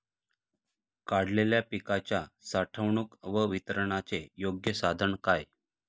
काढलेल्या पिकाच्या साठवणूक व वितरणाचे योग्य साधन काय?